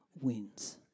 wins